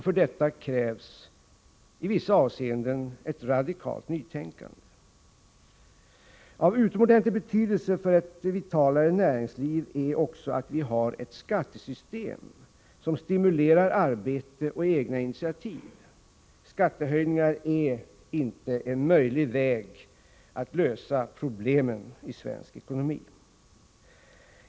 För detta krävs i vissa avseenden ett radikalt nytänkande. Av utomordentlig betydelse för ett vitalare näringsliv är också att vi har ett skattesystem som stimulerar arbete och egna initiativ. Skattehöjningar är inte en möjlig väg att lösa problemen i svensk ekonomi.